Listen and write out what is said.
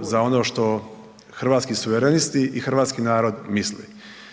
za ono što hrvatski suverenisti i hrvatski narod misli,